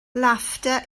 laughter